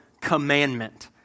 commandment